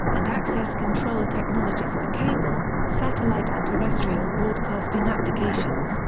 and access control technologies for cable, satellite and terrestrial broadcasting applications,